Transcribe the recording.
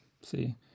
See